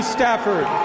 Stafford